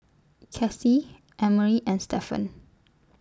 Kasie Emery and Stevan